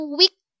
weak